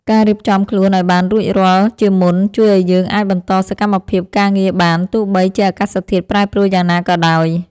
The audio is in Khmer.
ការរៀបចំខ្លួនឱ្យបានរួចរាល់ជាមុនជួយឱ្យយើងអាចបន្តសកម្មភាពការងារបានទោះបីជាអាកាសធាតុប្រែប្រួលយ៉ាងណាក៏ដោយ។